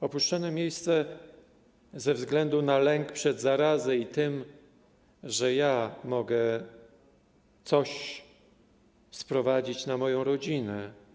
Opuszczone miejsce ze względu na lęk przed zarazą i tym, że ja mogę coś sprowadzić na moją rodzinę.